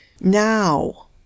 Now